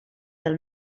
del